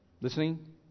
Listening